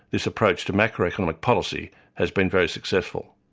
this approach to macro-economic policy has been very successful.